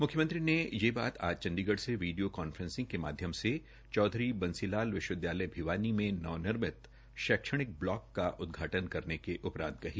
मुख्यमंत्री ने यह बात आज चण्डीगढ से वीडियो कॉन्फ्रेंसिंग के माध्यम से चौधरी बंसी लाल विश्वविद्यालय भिवानी में नवनिर्मित शैक्षणिक ब्लॉक का उदघाटन करने उपरान्त कही